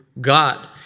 God